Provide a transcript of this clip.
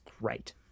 great